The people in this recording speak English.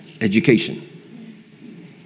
education